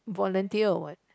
volunteer or what